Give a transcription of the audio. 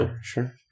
Sure